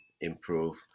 improve